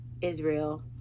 Israel